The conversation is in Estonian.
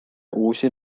uusi